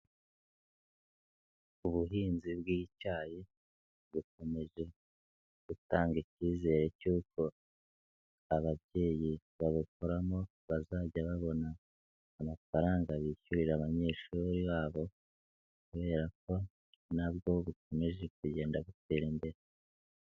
Ubuhinzi bw'icyayi bukomeje gutanga ikizere cy'uko ababyeyi babikoramo bazajya babona amafaranga bishyurira abanyeshuri babo, kubera ko nabwo bukomeje kugenda butera imbere.